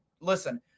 Listen